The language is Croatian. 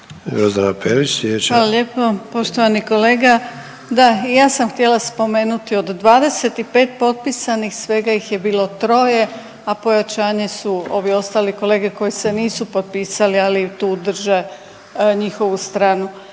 Grozdana (HDZ)** Poštovani kolega, da i ja sam htjela spomenuti od 25 potpisanih svega ih je bilo troje, a pojačanje su ovi ostali kolege koji se nisu potpisali, ali tu drže njihovu stranu.